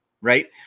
Right